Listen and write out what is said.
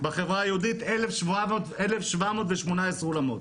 בחברה היהודית 1,718 אולמות,